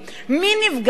מי נפגע מזה?